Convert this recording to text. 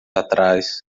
atrás